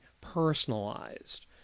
Personalized